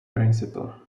principle